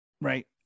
Right